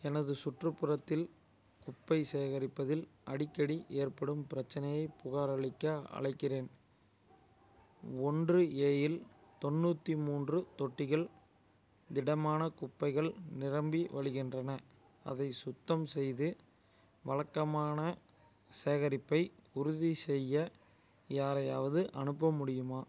எனது சுற்றுப்புறத்தில் குப்பை சேகரிப்பதில் அடிக்கடி ஏற்படும் பிரச்சினையைப் புகாரளிக்க அழைக்கிறேன் ஒன்று ஏ இல் தொண்ணூற்றி மூன்று தொட்டிகள் திடமான குப்பைகள் நிரம்பி வழிகின்றன அதை சுத்தம் செய்து வழக்கமான சேகரிப்பை உறுதிசெய்ய யாரையாவது அனுப்ப முடியுமா